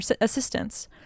assistance